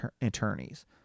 attorneys